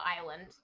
island